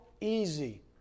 easy